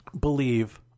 believe